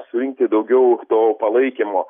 surinkti daugiau to palaikymo